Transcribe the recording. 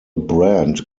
brand